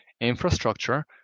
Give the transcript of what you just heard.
infrastructure